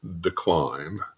decline